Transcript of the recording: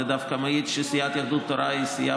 זה דווקא מעיד שסיעת יהדות התורה היא סיעה